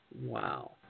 Wow